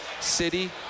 city